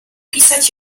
pisać